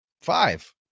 Five